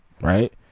right